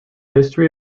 history